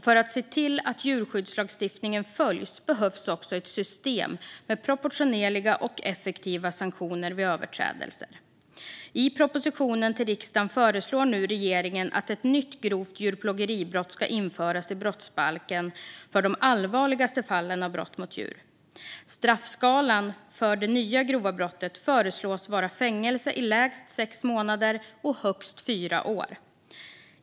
För att se till att djurskyddslagstiftningen följs behövs också ett system med proportionerliga och effektiva sanktioner vid överträdelser. I propositionen till riksdagen föreslår nu regeringen att ett nytt grovt djurplågeribrott ska införas i brottsbalken för de allvarligaste fallen av brott mot djur. Straffskalan för det nya grova brottet föreslås vara fängelse i lägst sex månader och högst fyra år.